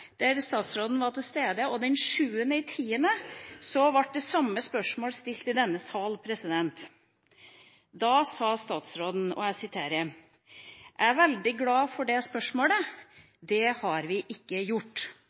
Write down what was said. der statsråden var til stede, og den 6. oktober 2014 ble det samme spørsmålet stilt i denne salen. Da sa statsråden: «Jeg er veldig glad for det spørsmålet – det har vi ikke gjort.»